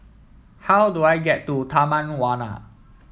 how do I get to Taman Warna